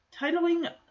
Titling